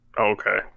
Okay